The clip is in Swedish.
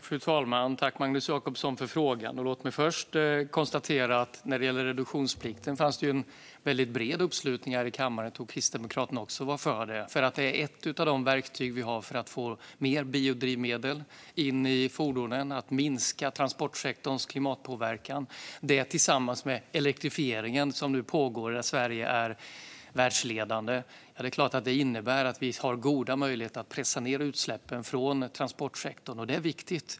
Fru talman! Tack för frågan, Magnus Jacobsson! Låt mig först konstatera när det gäller reduktionsplikten att det fanns en bred uppslutning i kammaren bakom den; jag tror att även Kristdemokraterna var för den. Det är nämligen ett av de verktyg vi har för att få in mer biodrivmedel i fordonen och minska transportsektorns klimatpåverkan. Tillsammans med den elektrifiering som nu pågår och där Sverige är världsledande innebär detta självklart att vi har goda möjligheter att pressa ned utsläppen från transportsektorn, och det är viktigt.